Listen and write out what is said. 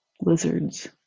lizards